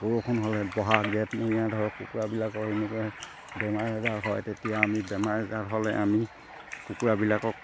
বৰষুণ হ'লে বহাগ জেঠ মহীয়া ধৰক কুকুৰাবিলাকৰ এনেকৈ বেমাৰ আজাৰ হয় তেতিয়া আমি বেমাৰ আজাৰ হ'লে আমি কুকুৰাবিলাকক